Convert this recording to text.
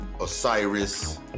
Osiris